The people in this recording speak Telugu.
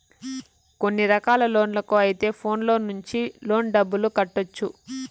కొన్ని రకాల లోన్లకు అయితే ఫోన్లో నుంచి లోన్ డబ్బులు కట్టొచ్చు